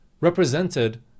represented